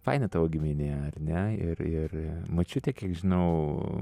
faina tavo giminė ar ne ir ir močiutė kiek žinau